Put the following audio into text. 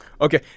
Okay